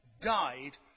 died